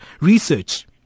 research